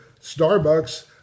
Starbucks